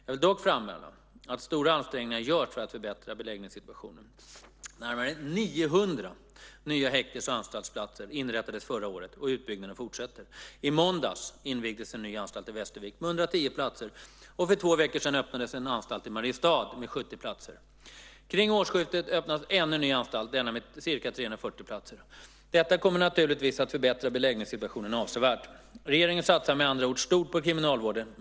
Jag vill dock framhålla att stora ansträngningar görs för att förbättra beläggningssituationen. Närmare 900 nya häktes och anstaltsplatser inrättades förra året, och utbyggnaden fortsätter. I måndags invigdes en ny anstalt i Västervik med 110 platser, och för två veckor sedan öppnades en anstalt i Mariestad med 70 platser. Kring årsskiftet öppnas ännu en ny anstalt, denna med ca 340 platser. Detta kommer naturligtvis att förbättra beläggningssituationen avsevärt. Regeringen satsar med andra ord stort på kriminalvården.